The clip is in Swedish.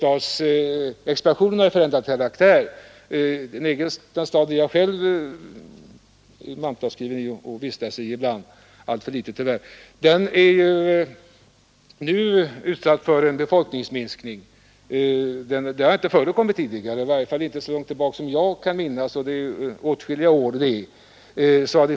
ad som jag själv är mantalsskriven i och vistas i ibland — tyvärr alltför sällan — är nu utsatt för en befolkningsminskning. Något sådant har inte förekommit tidigare, i varje fall inte så långt tillbaka som jag kan minnas och det är åtskilliga år.